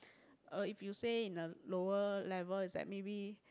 uh if you say in a lower level is like maybe